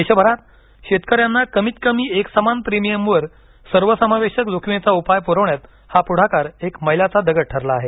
देशभरात शेतकऱ्यांना कमीतकमी एकसमान प्रीमियमवर सर्वसमावेशक जोखीमेचा उपाय पुरवण्यात हा पुढाकार एक मैलाचा दगड ठरला आहे